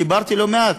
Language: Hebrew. דיברתי לא מעט,